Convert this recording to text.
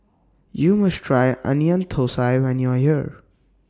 YOU must Try Onion Thosai when YOU Are here